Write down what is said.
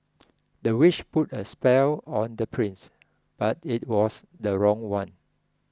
the witch put a spell on the prince but it was the wrong one